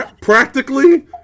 Practically